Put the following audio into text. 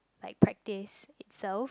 like practice itself